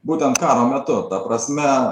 būtent karo metu ta prasme